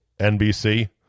NBC